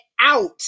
out